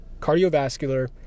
cardiovascular